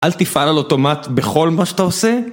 אל תפעל על אוטומט בכל מה שאתה עושה?